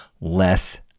less